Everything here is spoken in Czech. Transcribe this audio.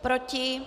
Proti?